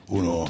uno